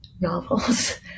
novels